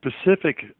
specific